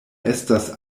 estas